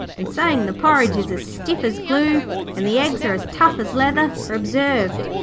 and saying the porridge is as stiff as glue and the eggs are as tough as leather, are observed.